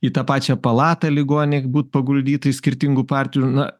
į tą pačią palatą ligoninėj būt paguldytais skirtingų partijų na